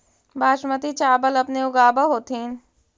बासमती चाबल अपने ऊगाब होथिं?